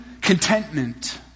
contentment